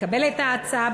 לקבל את ההצעה,